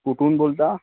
कुठून बोलताय